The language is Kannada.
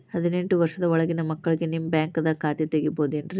ಹದಿನೆಂಟು ವರ್ಷದ ಒಳಗಿನ ಮಕ್ಳಿಗೆ ನಿಮ್ಮ ಬ್ಯಾಂಕ್ದಾಗ ಖಾತೆ ತೆಗಿಬಹುದೆನ್ರಿ?